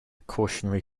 cautionary